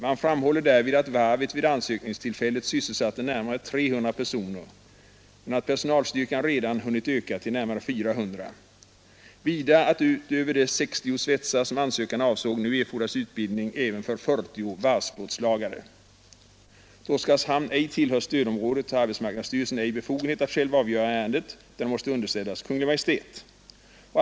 Man framhöll därvid, att varvet vid ansökningstillfället sysselsatte närmare 300 personer men att personalstyrkan redan hunnit öka till närmare 400. Vidare meddelades, att utöver de 60 svetsare, som ansökan avsåg, nu erfordrades utbildning även för 40 varvsplåtslagare. Då Oskarshamn ej tillhör stödområdet, har arbetsmarknadsstyrelsen ej befogenhet att själv avgöra ärendet, utan det måste underställas Kungl. Maj:ts prövning.